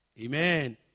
Amen